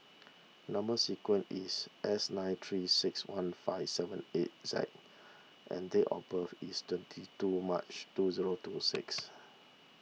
Number Sequence is S nine three six one five seven eight Z and date of birth is twenty two March two zero two six